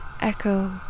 echo